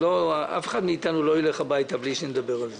אף אחד מאיתנו לא ילך הביתה בלי שנדבר על זה.